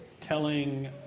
telling